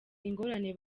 ingorane